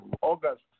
August